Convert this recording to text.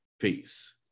peace